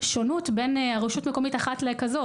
השונות בין רשות מקומית אחת לחברתה.